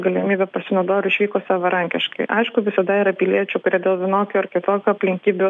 galimybe pasinaudojo ir išvyko savarankiškai aišku visada yra piliečių kurie dėl vienokių ar kitokių aplinkybių